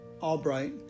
Albright